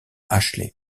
ashley